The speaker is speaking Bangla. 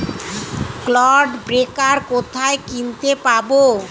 ক্লড ব্রেকার কোথায় কিনতে পাব?